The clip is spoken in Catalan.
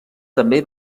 també